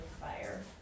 fire